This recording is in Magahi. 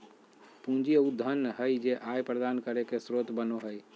पूंजी उ धन हइ जे आय प्रदान करे के स्रोत बनो हइ